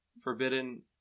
Forbidden